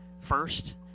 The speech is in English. first